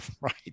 right